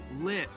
lit